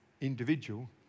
individual